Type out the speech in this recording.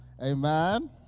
Amen